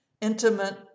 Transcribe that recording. intimate